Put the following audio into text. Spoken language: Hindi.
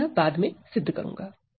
मैं यह बाद में सिद्ध करूंगा